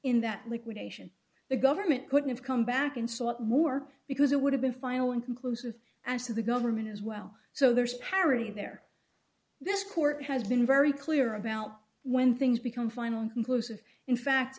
in that liquidation the government couldn't have come back and sought more because it would have been final inconclusive as to the government as well so there is parity there this court has been very clear about when things become final inconclusive in fact